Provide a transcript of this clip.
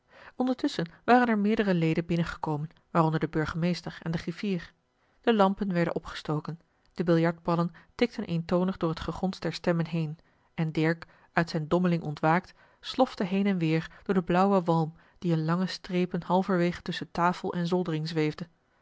ondertusschen waren er meerdere leden binnengekomen waaronder de burgemeester en de griffier de lampen werden opgestoken de biljartballen tikten eentonig door het gegons der stemmen heen en dirk uit zijn dommeling ontwaakt slofte heen en weer door den blauwen walm die in lange strepen halverwege tusschen tafel en zoldering zweefde